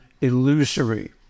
Illusory